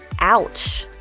ouch.